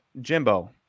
Jimbo